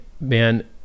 man